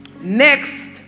Next